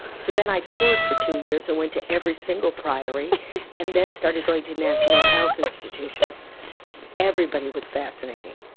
so then i toured for two years and went to every single priory and then started going to national health institutions everybody was fascinating.